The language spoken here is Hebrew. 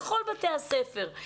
לכל בתי הספר,